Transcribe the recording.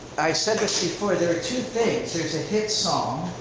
i said this before, there are two things, there's a hit song,